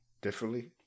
differently